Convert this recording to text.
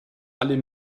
alle